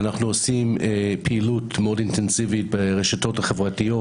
אנחנו עושים פעילות מאוד אינטנסיבית ברשתות החברתיות,